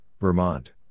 Vermont